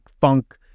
funk